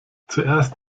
zuerst